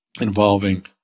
involving